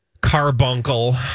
carbuncle